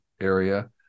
area